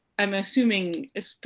i'm assuming is,